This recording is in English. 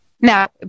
Now